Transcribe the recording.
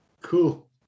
Cool